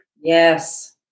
Yes